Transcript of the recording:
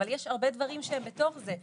אבל יש הרבה דברים שבתוך זה.